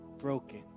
broken